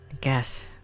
guess